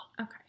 Okay